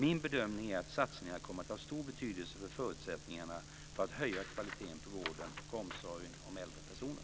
Min bedömning är att satsningarna kommer att ha stor betydelse för förutsättningarna att höja kvaliteten på vården och omsorgen om äldre personer.